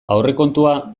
aurrekontua